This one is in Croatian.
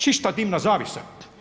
Čista dimna zavjesa.